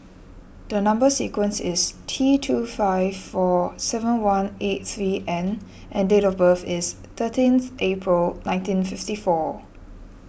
the Number Sequence is T two five four seven one eight three N and date of birth is thirteenth April nineteen fifty four